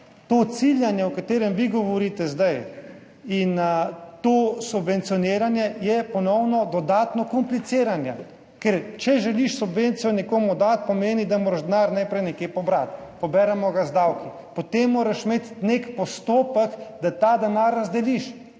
To ciljanje, o katerem vi govorite sedaj, in to subvencioniranje je ponovno dodatno kompliciranje, ker če želiš subvencijo nekomu dati, pomeni, da moraš denar najprej nekje pobrati. Poberemo ga z davki. Potem moraš imeti nek postopek, da ta denar razdeliš